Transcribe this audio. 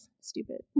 stupid